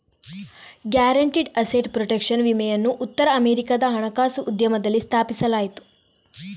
guaranteed asset protection ವಿಮೆಯನ್ನು ಉತ್ತರ ಅಮೆರಿಕಾದ ಹಣಕಾಸು ಉದ್ಯಮದಲ್ಲಿ ಸ್ಥಾಪಿಸಲಾಯಿತು